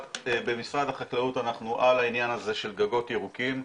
במשרד החקלאות אנחנו על העניין הזה של גגות ירוקים.